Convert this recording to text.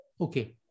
okay